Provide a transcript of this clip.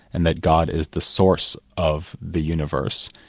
and that god is the source of the universe,